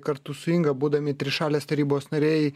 kartu su inga būdami trišalės tarybos nariai